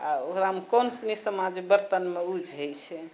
आओर ओकरामे कोन सुनी समान बर्तनमे यूज हय छै